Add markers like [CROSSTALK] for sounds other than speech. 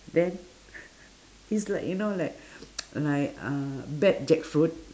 then [LAUGHS] it's like you know like [BREATH] [NOISE] like uh bad jackfruit